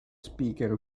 speaker